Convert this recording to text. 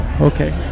Okay